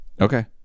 Okay